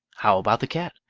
how about the cat?